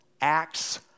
acts